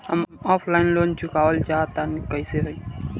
हम offline loan चुकावल चाहऽ तनि कइसे होई?